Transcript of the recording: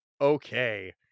Okay